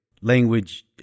language